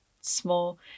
small